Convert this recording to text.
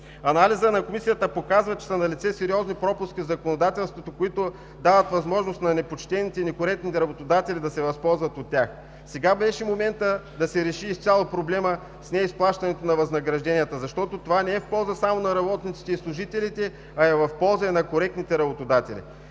Анализът на Комисията показва, че са налице сериозни пропуски в законодателството, които дават възможност на непочтените и некоректни работодатели да се възползват от тях. Сега беше моментът да се реши изцяло проблемът с неизплащането на възнагражденията, защото това не е в полза само на работниците и служители, а е в полза и на коректните работодатели.